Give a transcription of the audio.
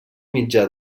mitjà